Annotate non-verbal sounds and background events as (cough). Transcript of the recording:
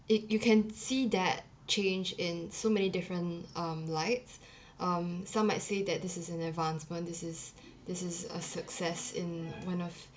if you can see that change in so many different um lights (breath) um some might say that this is an advancement this is this is a success in one of